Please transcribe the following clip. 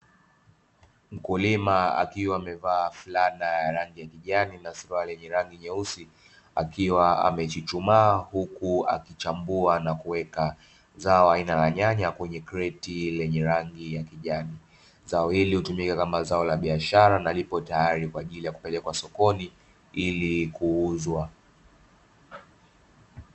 Mkulima akiwa amevaa fulana ya rangi ya kijani na suruali yenye rangi nyeusi, akiwa amechuchumaa huku akichambua na kuweka zao aina ya nyanya, kwenye kreti lenye rangi ya kijani. Zao hili hutumika kama zao la biashara na lipo tayari kwa ajili ya kupelekwa sokoni ili kuuzwa.